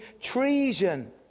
treason